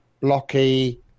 blocky